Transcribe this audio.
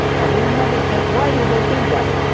and we never said why did they do that?